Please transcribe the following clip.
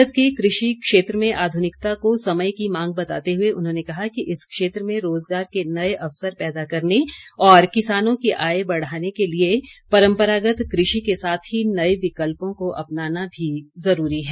भारत के कृषि क्षेत्र में आधुनिकता को समय की मांग बताते हुए उन्होंने कहा कि इस क्षेत्र में रोजगार के नए अवसर पैदा करने और किसानों की आय बढ़ाने के लिए परम्परागत कृषि के साथ ही नए विकल्पों को अपनाना भी ज़रूरी है